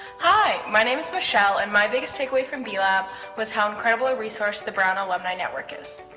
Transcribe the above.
hi. my name is michelle, and my biggest takeaway from b-lab was how incredibly resource the brown alumni network is.